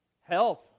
Health